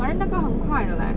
but then 那个很快的 leh